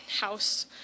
house